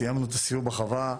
סיימנו את הסיור בחווה,